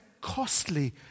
costly